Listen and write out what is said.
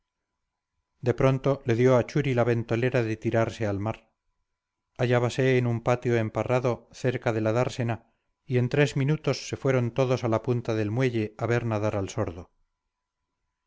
de pronto le dio a churi la ventolera de tirarse al mar hallábanse en un patio emparrado cerca de la dársena y en tres minutos se fueron todos a la punta del muelle a ver nadar al sordo